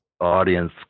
audience